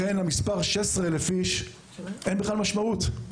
לכן למספר 16,000 אנשים אין בכלל משמעות.